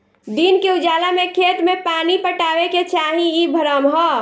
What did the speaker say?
दिन के उजाला में खेत में पानी पटावे के चाही इ भ्रम ह